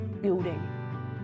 building